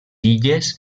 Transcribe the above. illes